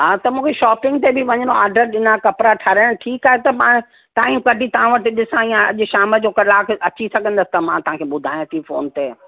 हा त मूंखे शॉपिंग ते बि वञिणो आहे आर्डर ॾिना कपिड़ा ठहारायां ठीकु आहे मां टाइम कढी तव्हां वटि ॾिसां ईअं अॼु शाम जो कलाक अची सघंदसि त मां तव्हांखे ॿुधायां थी फ़ोन ते